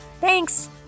Thanks